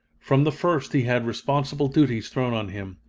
from the first he had responsible duties thrown on him.